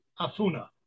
afuna